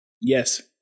Yes